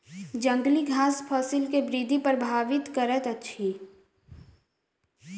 जंगली घास फसिल के वृद्धि प्रभावित करैत अछि